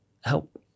help